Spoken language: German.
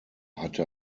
hatte